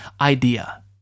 idea